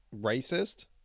racist